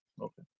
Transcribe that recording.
Okay